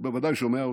הוא בוודאי שומע אותי: